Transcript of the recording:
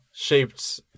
shaped